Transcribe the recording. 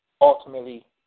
ultimately